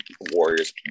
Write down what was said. Warriors